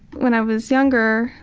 when i was younger,